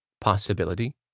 possibility